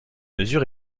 mesure